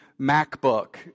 MacBook